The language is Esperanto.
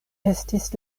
estis